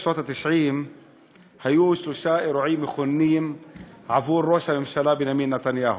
בשנות ה-90 היו שלושה אירועים מכוננים עבור ראש הממשלה בנימין נתניהו.